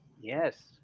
Yes